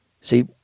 See